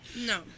No